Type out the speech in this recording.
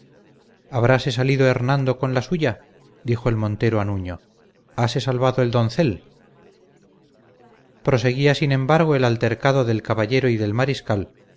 habráse salido hernando con la suya dijo el montero a nuño hase salvado el doncel proseguía sin embargo el altercado del caballero y del mariscal